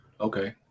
okay